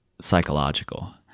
psychological